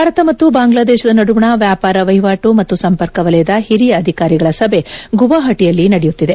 ಭಾರತ ಮತ್ತು ಬಾಂಗ್ಲಾದೇಶದ ನಡುವಣ ವ್ಯಾಪಾರ ವಹಿವಾಟು ಮತ್ತು ಸಂಪರ್ಕ ವಲಯದ ಹಿರಿಯ ಅಧಿಕಾರಿಗಳ ಸಭೆ ಗುವಾಹಟಿಯಲ್ಲಿ ನಡೆಯುತ್ತಿದೆ